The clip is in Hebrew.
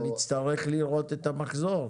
אבל נצטרך לראות את המחזור,